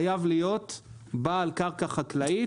הוא חייב להיות בעל קרקע חקלאית,